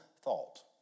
thought